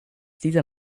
dieser